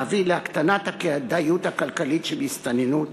להביא להקטנת הכדאיות הכלכלית שבהסתננות,